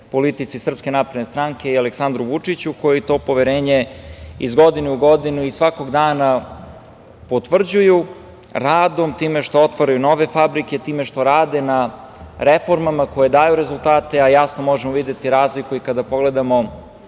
politici SNS i Aleksandru Vučiću koji to poverenje iz godine u godinu i svakog dana potvrđuju radom, time što otvaraju nove fabrike, time što rade na reformama koje daju rezultate, a jasno možemo videti razliku i kada pogledamo